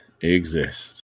exist